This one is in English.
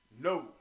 No